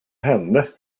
hände